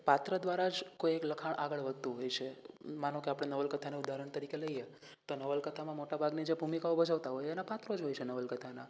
પાત્ર દ્વારા જ કોઈ એક લખાણ આગળ વધતું હોય છે માનો આપણે નવલકથાને ઉદાહરણ તરીકે લઈએ તો નવલકથામાં જે મોટા ભાગની જે ભૂમિકાઓ ભજવતા હોય અને પાત્રો જ હોય છે નવલકથાના